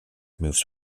moves